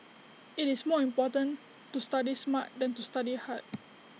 IT is more important to study smart than to study hard